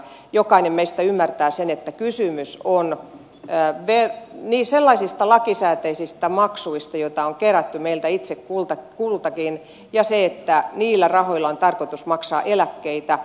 jokainen meistä ymmärtää sen että kysymys on sellaisista lakisääteisistä maksuista joita on kerätty meiltä itse kultakin ja sen että niillä rahoilla on tarkoitus maksaa eläkkeitä